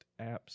apps